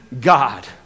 god